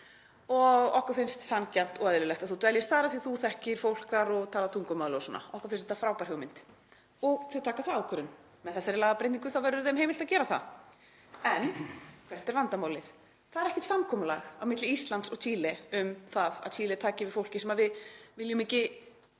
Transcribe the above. og okkur finnst sanngjarnt og eðlilegt að þú dveljist þar af því að þú þekkir fólk þar og talar tungumálið og svona. Okkur finnst þetta frábær hugmynd. Og þau taka þá ákvörðun. Með þessari lagabreytingu verður þeim heimilt að gera það. En hvert er vandamálið? Það er ekkert samkomulag á milli Íslands og Chile um það að Chile taki við fólki sem við viljum ekki